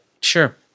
Sure